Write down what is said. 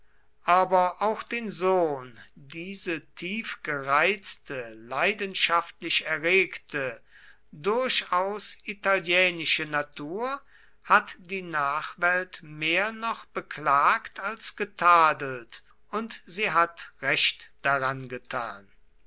aber auch den sohn diese tiefgereizte leidenschaftlich erregte durchaus italienische natur hat die nachwelt mehr noch beklagt als getadelt und sie hat recht daran getan